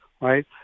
right